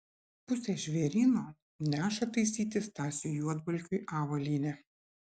pusė žvėryno neša taisyti stasiui juodvalkiui avalynę